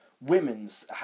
women's